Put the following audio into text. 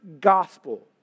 gospel